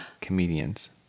comedians